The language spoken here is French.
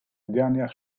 dernière